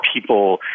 people